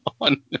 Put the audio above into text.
on